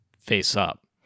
face-up